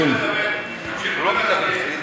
תמשיכו לדבר על לפיד.